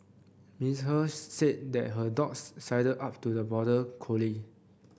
Miss He said that her dog sidled up to the border collie